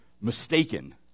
mistaken